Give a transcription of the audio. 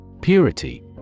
Purity